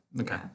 Okay